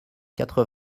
quatre